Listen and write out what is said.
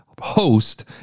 host